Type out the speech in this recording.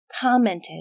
commented